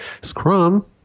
Scrum